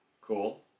Cool